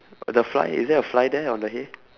the fly is there a fly there on the hay